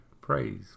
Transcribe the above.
praise